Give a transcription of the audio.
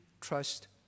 trust